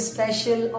Special